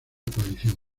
coalición